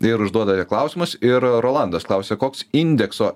ir užduodate klausimus ir rolandas klausia koks indekso